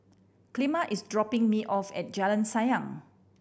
Clemma is dropping me off at Jalan Sayang